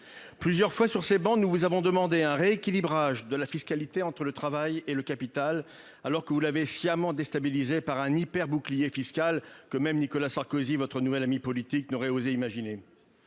Plusieurs fois, sur ces travées, nous vous avons demandé un rééquilibrage de la fiscalité entre le travail et le capital, alors que vous l'avez sciemment déstabilisée par un hyperbouclier fiscal que même Nicolas Sarkozy, votre nouvel ami politique, n'aurait osé imaginer.